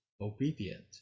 obedient